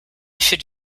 should